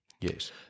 Yes